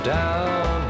down